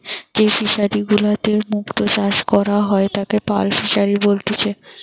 যেই ফিশারি গুলাতে মুক্ত চাষ করা হয় তাকে পার্ল ফিসারী বলেতিচ্ছে